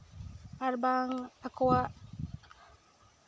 ᱟᱨ ᱵᱟᱝ ᱟᱠᱚᱣᱟᱜ